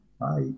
Bye